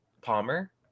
palmer